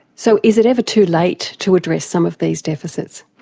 so is it ever too late to address some of these deficits?